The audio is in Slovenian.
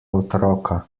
otroka